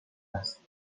است